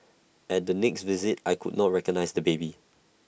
at the next visit I could not recognise the baby